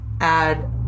add